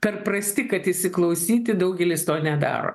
per prasti kad įsiklausyti daugelis to nedaro